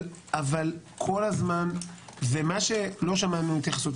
אבל כל הזמן זה מה שלא שמענו התייחסות,